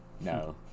No